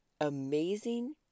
amazing